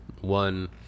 One